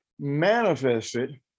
manifested